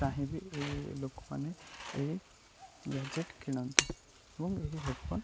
ଚାହିଁବ ଏ ଲୋକମାନେ ଏହି ଗ୍ୟାଜେଟ୍ କିଣନ୍ତୁ ଏବଂ ଏହି ହେଡ଼ଫୋନ୍